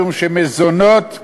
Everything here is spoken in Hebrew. משום שמזונות,